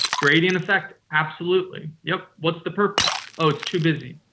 gradient effect. absolutely. yes. what's the purpose? oh, it's too busy.